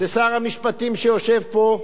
לשר המשפטים שיושב פה,